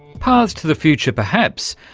paths to the future perhaps,